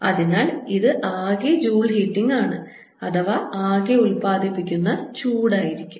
അതിനാൽ ഇത് ആകെ ജൂൾ ഹീറ്റിംഗ് ആണ് അഥവാ ആകെ ഉൽപാദിപ്പിക്കുന്ന ചൂട് ആയിരിക്കും